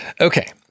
Okay